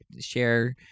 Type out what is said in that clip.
share